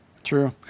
true